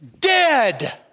Dead